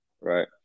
right